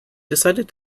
decided